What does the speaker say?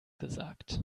gesagt